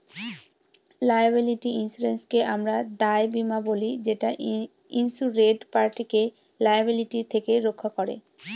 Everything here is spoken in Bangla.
লায়াবিলিটি ইন্সুরেন্সকে আমরা দায় বীমা বলি যেটা ইন্সুরেড পার্টিকে লায়াবিলিটি থেকে রক্ষা করে